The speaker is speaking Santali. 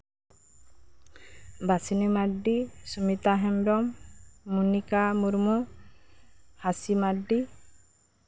ᱵᱟᱥᱤᱱᱤ ᱢᱟᱰᱰᱤ ᱥᱩᱢᱤᱛᱟ ᱦᱮᱢᱵᱨᱚᱢ ᱢᱩᱱᱤᱠᱟ ᱢᱩᱨᱢᱩ ᱦᱟᱥᱤ ᱢᱟᱰᱰᱤ